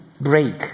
break